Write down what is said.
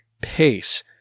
pace